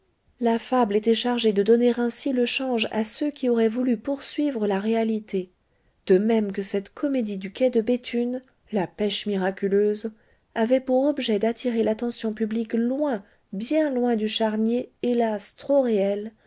la fable était chargée de donner ainsi le change à ceux qui auraient voulu poursuivre la réalité de même que cette comédie du quai de béthune la pêche miraculeuse avait pour objet d'attirer l'attention publique loin bien loin du charnier hélas trop réel